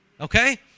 okay